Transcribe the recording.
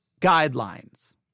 guidelines